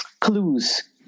clues